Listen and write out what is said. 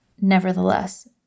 nevertheless